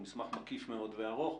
הוא מסמך מקיף וארוך.